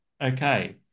Okay